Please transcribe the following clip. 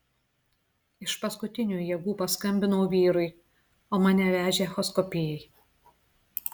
iš paskutinių jėgų paskambinau vyrui o mane vežė echoskopijai